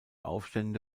aufstände